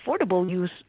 affordable-use